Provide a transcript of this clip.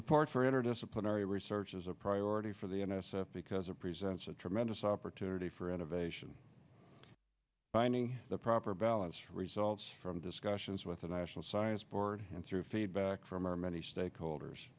part for interdisciplinary research is a priority for the n s f because it presents a tremendous opportunity for innovation finding the proper balance for results from discussions with the national science board and through feedback from our many stakeholders